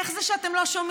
איך זה שאתם לא שומעים?